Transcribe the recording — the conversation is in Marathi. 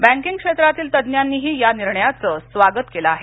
बँकिंग क्षेत्रातील तज्ज्ञांनीही या निर्णयाचं स्वागत केलं आहे